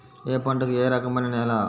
ఏ పంటకు ఏ రకమైన నేల?